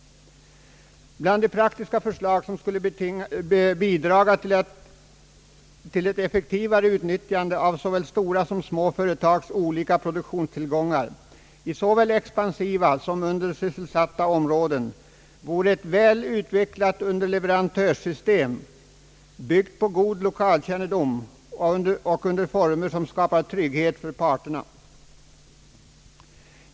Bland de praktiska åtgärder som skulle bidraga till ett effektivare utnyttjande av såväl stora som små företags olika produktionstillgångar i såväl expansiva som undersysselsatta områden vore ett väl utvecklat underleverantörssystem, byggt på god lokalkännedom och under former som skapar trygghet för parterna.